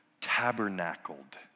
Tabernacled